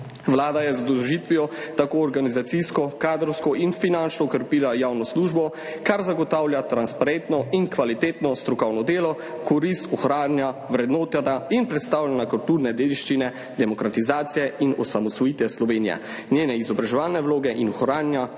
Vlada je z združitvijo organizacijsko, kadrovsko in finančno okrepila javno službo, kar zagotavlja transparentno in kvalitetno strokovno delo, korist ohranjanja, vrednotenja in predstavljanja kulturne dediščine, demokratizacije in osamosvojitve Slovenije, njene izobraževalne vloge in ohranjanja